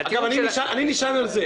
אני נשען על זה.